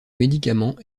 médicament